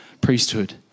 priesthood